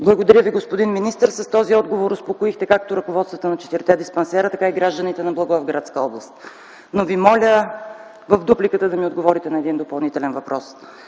Благодаря Ви, господин министър. С този отговор успокоихте както ръководството на 4 те диспансера, така и гражданите на Благоевградска област. Моля Ви в дупликата да ми отговорите на един допълнителен въпрос.